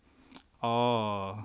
oh